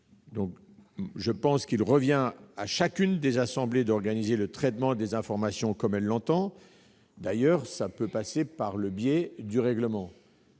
à ce sujet. Il revient à chacune des assemblées d'organiser le traitement des informations comme elle l'entend, ce qui peut aussi passer par le biais du règlement.